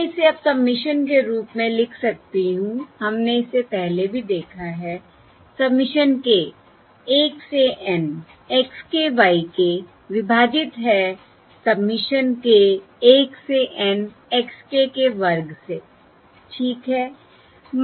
मैं इसे अब सबमिशन के रूप में लिख सकती हूं हमने इसे पहले भी देखा है सबमिशन k 1 से N x k y k विभाजित है सबमिशन k 1 से N x k के वर्ग से ठीक है